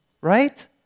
right